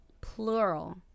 plural